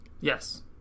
Yes